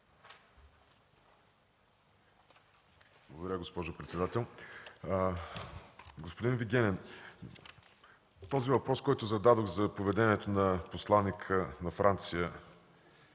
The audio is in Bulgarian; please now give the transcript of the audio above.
Благодаря, госпожо председател. Господин Вигенин, въпросът, който зададох, за поведението на посланика на Франция